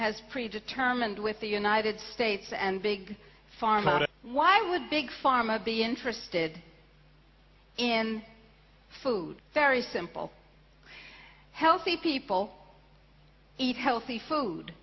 has pre determined with the united states and big pharma why would big pharma be interested in food very simple healthy people eat healthy food